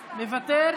מוותר,